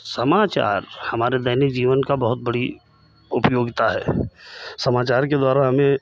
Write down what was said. समाचार हमारे दैनिक जीवन का बहुत बड़ी उपयोगिता है समाचार के द्वारा हमें